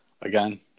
Again